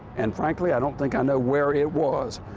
and frankly, i don't think i know where it was.